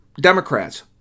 Democrats